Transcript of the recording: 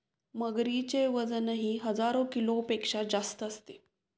मगरीचे वजनही हजार किलोपेक्षा जास्त असते